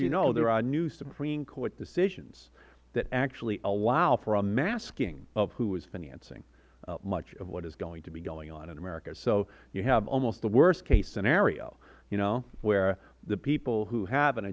you know there are new supreme court decisions that actually allow for a masking of who is financing much of what is going to be going on in america so you have almost the worst case scenario you know where the people who have an